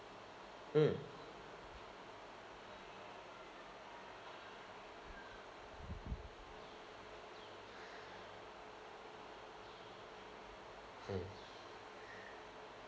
mm mm